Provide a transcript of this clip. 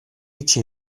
itxi